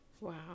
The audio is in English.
Wow